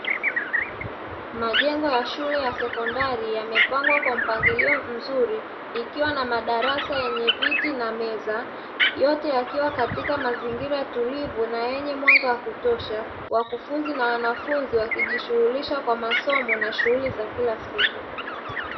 Majengo ya shule ya sekondari yamepangwa kwa mpangilio mzuri. Yakiwa na madarasa yenye viti na meza, yote yakiwa katika mazingira tulivu na yenye mwanga wa kutosha. Wakufunzi na wanafunzi wakijishughulisha kwa masomo na shughuli za kila siku.